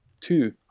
two